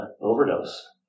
overdose